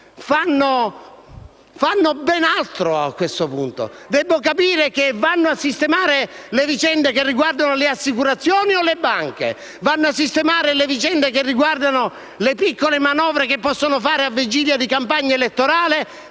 fanno ben altro, a questo punto; debbo pensare che vanno a sistemare le vicende che riguardano le assicurazioni o le banche. Vanno a sistemare le vicende che riguardano le piccole manovre che possono fare alla vigilia della campagna elettorale?